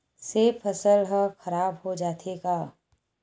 से फसल ह खराब हो जाथे का?